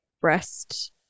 breast